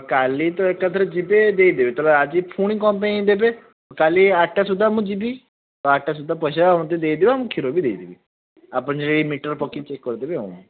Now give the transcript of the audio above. କାଲି ତ ଏକାଥରେ ଯିବେ ଦେଇ ଦେବେ ଆଜି ପୁଣି କ'ଣ ପାଇଁ ଦେବେ କାଲି ଆଠଟା ସୁଦ୍ଧା ମୁଁ ଯିବି ଆଠଟା ସୁଦ୍ଧା ପଇସା ମୋତେ ଦେବେ ମୁଁ କ୍ଷୀର ବି ଦେଇ ଦେବି ଆପଣ ଯଦି ମିଟର ପକାଇ ଚେକ୍ କରିଦେବେ ଆଉ